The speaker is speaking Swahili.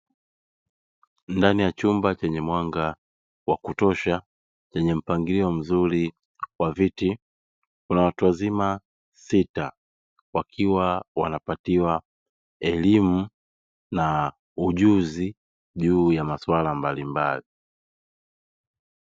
Ndani ya chumba chenye mwanga wa kutosha wenye mpangilio mzuri wa viti, kuna watu wazima sita wakiwa wanapatiwa elimu na ujuzi juu ya maswala mbalimbali.